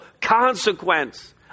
consequence